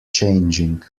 changing